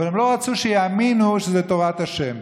אבל הם לא רצו שיאמינו שזאת תורת השם.